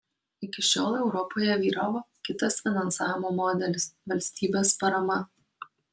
iki šiol europoje vyravo kitas finansavimo modelis valstybės parama